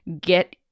get